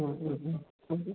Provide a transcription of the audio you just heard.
ആ ആ അത്